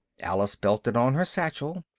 alice belted on her satchel.